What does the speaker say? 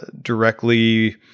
directly